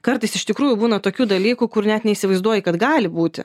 kartais iš tikrųjų būna tokių dalykų kur net neįsivaizduoji kad gali būti